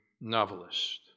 novelist